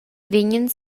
vegnan